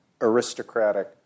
aristocratic